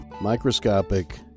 microscopic